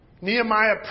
Nehemiah